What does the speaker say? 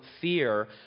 fear